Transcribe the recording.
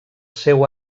seu